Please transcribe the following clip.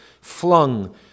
flung